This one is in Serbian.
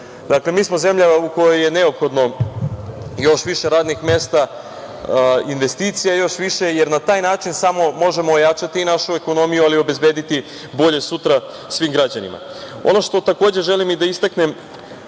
zemlje. Dakle, mi smo zemlja u kojoj je neophodno još više radnih mesta, investicija još više, jer na taj način samo možemo ojačati i našu ekonomiju, ali obezbediti bolje sutra svim građanima. Ono što takođe želim da istaknem,